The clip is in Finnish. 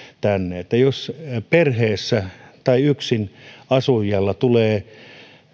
tänne että jos perheessä tai yksinasujalla tulee